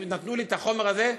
אם נתנו לי את החומר הזה,